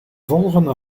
volgende